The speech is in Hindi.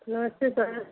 नमस्ते सर